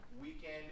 weekend